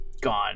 gone